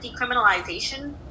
decriminalization